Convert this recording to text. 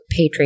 Patreon